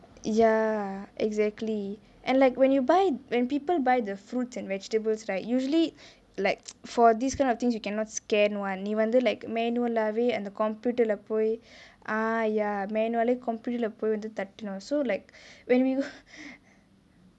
ya exactly and like when you buy when people buy the fruits and vegetables right usually like for these kind of things you cannot scan [one] நீ வந்து:nee vanthu like manual லாவே அந்த:laavae antha computer லே போய்:le poi ah ya manually computer லே போய் வந்து தட்டனும்:le poi vanthu tattenum so like when we